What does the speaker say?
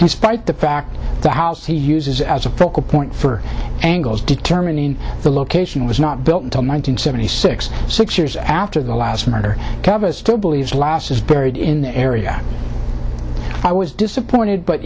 despite the fact the house he uses as a focal point for angles determining the location was not built on nine hundred seventy six six years after the last murder still believes last is buried in the area i was disappointed but